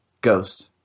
Ghost